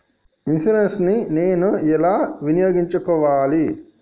Insurance ని నేను ఎలా వినియోగించుకోవాలి?